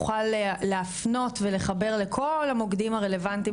יכול להפנות ולחבר לכל המוקדים הרלוונטיים